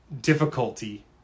difficulty